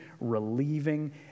relieving